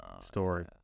story